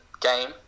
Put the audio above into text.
game